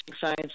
science